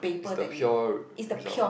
is the pure result